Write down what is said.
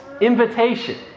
invitation